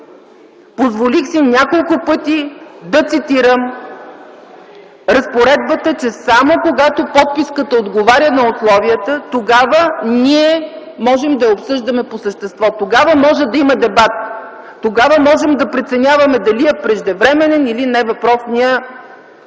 Позволих си няколко пъти да цитирам разпоредбата, че само когато подписката отговаря на условията, тогава ние можем да я обсъждаме по същество. Тогава може да има дебат, тогава можем да преценяваме дали е преждевременен или не въпросът,